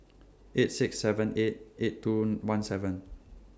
eight six seven eight eight two one seven